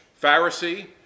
Pharisee